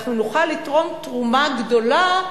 אנחנו נוכל לתרום תרומה גדולה,